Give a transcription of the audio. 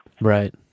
Right